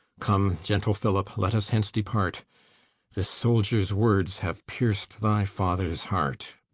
come, gentle phillip, let us hence depart this soldier's words have pierced thy father's heart.